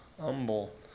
humble